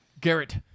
Garrett